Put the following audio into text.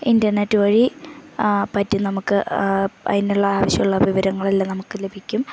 internet വഴി പറ്റും നമുക്ക് അതിനുള്ള ആവശ്യമുള്ള വിവരങ്ങളെല്ലാം നമുക്ക് ലഭിക്കും